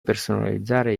personalizzare